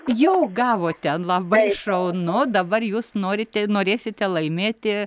jau gavote labai šaunu dabar jūs norite norėsite laimėti